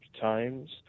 Times